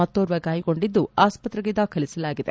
ಮತೋರ್ವ ಗಾಯಗೊಂಡಿದ್ದು ಆಸ್ವತ್ರೆಗೆ ದಾಖಲಿಸಲಾಗಿದೆ